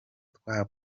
twa